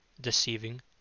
deceiving